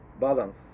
balance